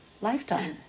lifetime